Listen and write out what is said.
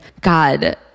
God